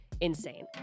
insane